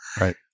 Right